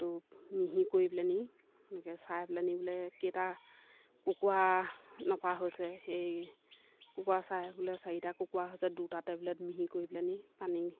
তো মিহি কৰি পেলাইনি এনেকৈ চাই পেলাইনি বোলে কেইটা কুকুৰা এনেকুৱা হৈছে এই কুকুৰা চাই বোলে চাৰিটা কুকুৰা হৈছে দুটা টেবলেট মিহি কৰি পেলাইনি পানী